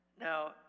Now